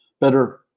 better